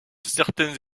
certains